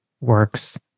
works